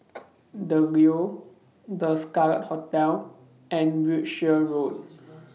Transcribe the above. The Leo The Scarlet Hotel and Wiltshire Road